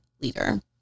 leader